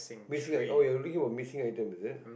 basically like oh you're looking for missing item is it